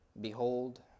Behold